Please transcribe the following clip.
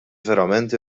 verament